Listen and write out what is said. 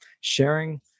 sharing